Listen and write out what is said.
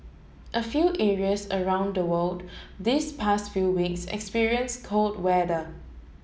a few areas around the world this past few weeks experience cold weather